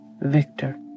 Victor